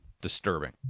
disturbing